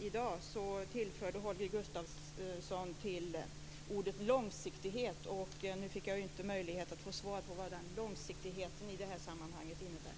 I dag tillförde Holger Gustafsson ordet långsiktighet. Nu får jag ju inte möjlighet till svar på vad den långsiktigheten i detta sammanhang innebär.